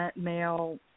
male